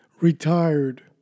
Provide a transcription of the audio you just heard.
retired